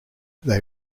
they